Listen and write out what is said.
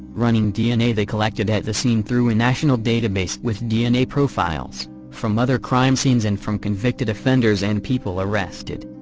running dna they collected at the scene through a national database with dna profiles from other crime scenes and from convicted offenders and people arrested.